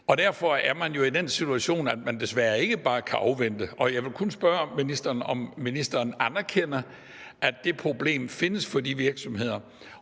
jo derfor er i den situation, at man desværre ikke bare kan afvente. Jeg vil kun spørge ministeren, om ministeren anerkender, at det problem findes for de virksomheder.